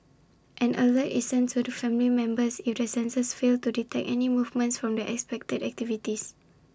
an alert is sent to family members if the sensors fail to detect any movement from the expected activities